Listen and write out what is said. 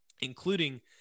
including